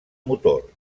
motor